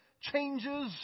changes